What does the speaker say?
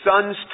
sons